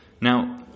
Now